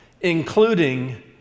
including